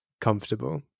comfortable